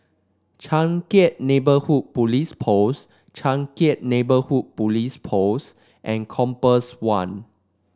Changkat Neighbourhood Police Post Changkat Neighbourhood Police Post and Compass One